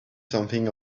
something